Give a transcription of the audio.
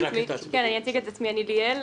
לבוא ולמגר את האפליה הזאת פעם אחת ולתמיד.